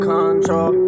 Control